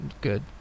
good